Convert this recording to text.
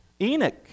Enoch